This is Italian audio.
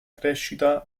crescita